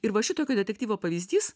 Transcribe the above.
ir va šitokio detektyvo pavyzdys